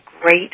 great